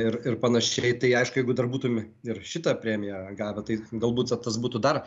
ir ir panašiai tai aišku jeigu dar būtume ir šitą premiją gavę tai galbūt tas būtų dar